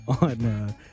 on